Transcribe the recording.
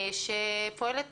שפועלת